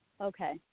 Okay